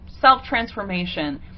self-transformation